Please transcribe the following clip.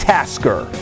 Tasker